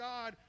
God